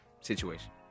situation